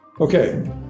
Okay